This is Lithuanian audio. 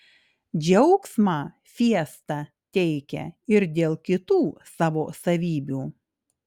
džiaugsmą fiesta teikia ir dėl kitų savo savybių